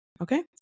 Okay